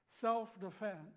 Self-defense